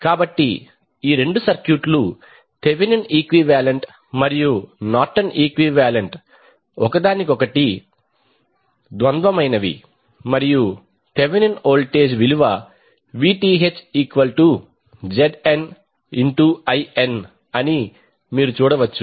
కాబట్టి ఈ రెండు సర్క్యూట్లు థెవెనిన్ ఈక్వివాలెంట్ మరియు నార్టన్ ఈక్వివాలెంట్ ఒకదానికొకటి ద్వంద్వ మైనవి మరియు థెవినిన్ వోల్టేజ్ విలువ VThZNIN అని మీరు చూడవచ్చు